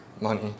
money